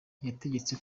yategetse